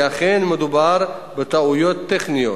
כי אכן מדובר בטעויות טכניות.